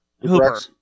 Hooper